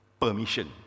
permission